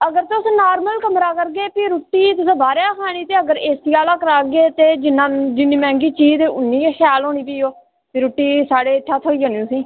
अगर तुसें नार्मल कमरा करगे भी रुट्टी तुसें बाह्रै'आ खानी ते अगर एसी आह्ला करागे ते जिन्ना जिन्नी मैंह्गी चीज ते उन्नी गै शैल होनी भी ओ भी रुट्टी साढ़ै इत्थुआं थ्होई जानी तुसें ई